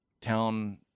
town